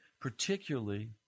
Particularly